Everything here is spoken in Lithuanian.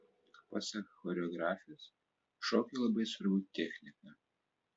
pasak choreografės šokiui labai svarbu technika